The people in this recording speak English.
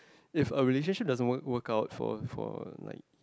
if a relationship doesn't work work out for for for like